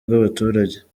bw’abaturage